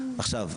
עכשיו,